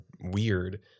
weird